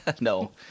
No